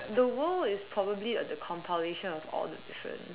the world is probably like the compilation of all the different